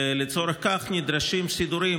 לצורך זה נדרשים סידורים,